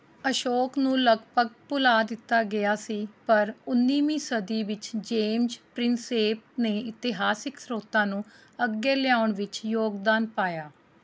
ਅਸ਼ੋਕ ਨੂੰ ਲਗਭਗ ਭੁਲਾ ਦਿੱਤਾ ਗਿਆ ਸੀ ਪਰ ਉੱਨੀਵੀਂ ਸਦੀ ਵਿੱਚ ਜੇਮਜ਼ ਪ੍ਰਿੰਸੇਪ ਨੇ ਇਤਿਹਾਸਕ ਸਰੋਤਾਂ ਨੂੰ ਅੱਗੇ ਲਿਆਉਣ ਵਿੱਚ ਯੋਗਦਾਨ ਪਾਇਆ